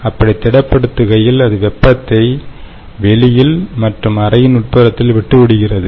அப்படி திடப்படுத்துகையில் அது வெப்பத்தை வெளியில் மற்றும் அறையின் உட்புறத்தில் விட்டுவிடுகிறது